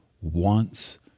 wants